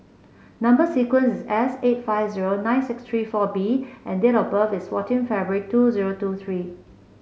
number sequence is S eight five zero nine six three four B and date of birth is fourteen February two zero two three